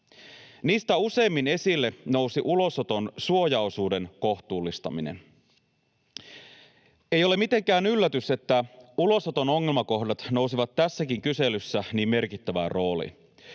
Niistä useimmin esille nousi ulosoton suojaosuuden kohtuullistaminen. Ei ole mitenkään yllätys, että ulosoton ongelmakohdat nousivat tässäkin kyselyssä niin merkittävään rooliin.